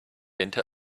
into